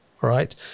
Right